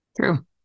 True